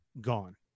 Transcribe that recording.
gone